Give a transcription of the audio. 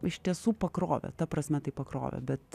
iš tiesų pakrovė ta prasme tai pakrovė bet